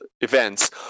events